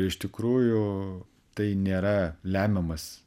iš tikrųjų tai nėra lemiamas